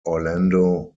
orlando